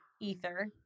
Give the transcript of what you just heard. ether